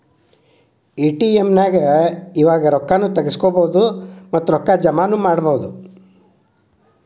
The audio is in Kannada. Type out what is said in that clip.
ಎ.ಟಿ.ಎಂ ನ್ಯಾಗ್ ಇವಾಗ ರೊಕ್ಕಾ ನು ತಗ್ಸ್ಕೊಬೊದು ಮತ್ತ ರೊಕ್ಕಾ ಜಮಾನು ಮಾಡ್ಬೊದು